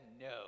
no